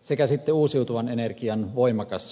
sekä uusiutuvan energian voimakas edistäminen